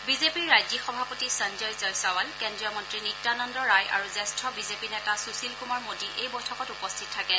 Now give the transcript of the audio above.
বিজেপিৰ ৰাজ্যিক সভাপতি সঞ্জয় জয়ছাৱাল কেদ্ৰীয় মন্ত্ৰী নিত্যানন্দ ৰায় আৰু জ্যেষ্ঠ বিজেপি নেতা সুশীল কুমাৰ মোডী এই বৈঠকত উপস্থিত থাকে